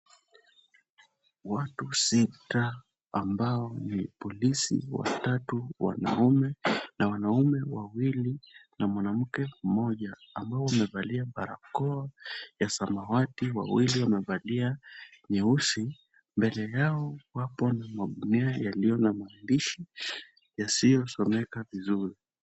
Watu sita ambao ni polisi watatu wanaume na wanaume wawili na mwanamke mmoja ambao wamevalia barakoa ya samawati wawili wamevalia nyeusi. Mbele yao wapo na magunia yaliyo na maandishi yasiyosomeka vizuri.